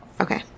Okay